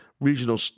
regional